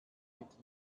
mit